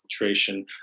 infiltration